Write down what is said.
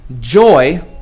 Joy